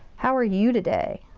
how are you today?